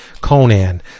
Conan